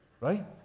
Right